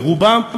רובם,